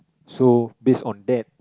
so based on that